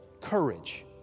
courage